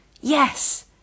Yes